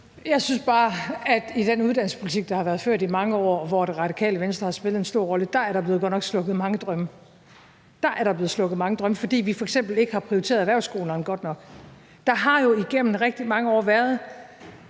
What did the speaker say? Jeg synes bare, at i den uddannelsespolitik, der har været ført i mange år, hvor Radikale Venstre har spillet en stor rolle, er der godt nok blevet slukket mange drømme. Der er der blevet slukket mange drømme, fordi vi f.eks. ikke har prioriteret erhvervsskolerne godt nok. Igennem rigtig mange år,